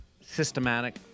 systematic